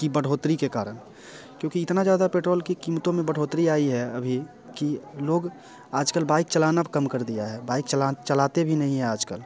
की बढ़ोतरी के कारण क्योंकि इतना ज़्यादा पेट्रोल की कीमतों में बढ़ोतरी आई है अभी कि लोग आज कल बाइक चलाना कम कर दिया है बाइक चलाना चलते भी नहीं है आज कल